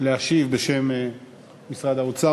להשיב בשם משרד האוצר.